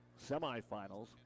semifinals